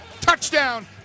Touchdown